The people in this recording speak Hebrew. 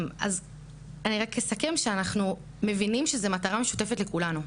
אני רק אסכם שאנחנו מבינים שזה מטרה משותפת לכולנו.